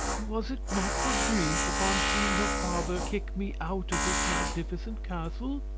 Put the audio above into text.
was it not for grief, upon seeing her father kick me out of his magnificent castle?